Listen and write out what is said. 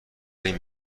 این